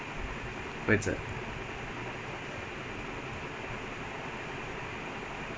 அவன:avana french messi lah கூப்டாங்க:koopttaanga like like quite long ago like two three years ago they call them french messi